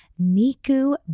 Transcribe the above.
Niku